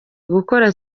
gukora